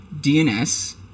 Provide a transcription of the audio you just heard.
DNS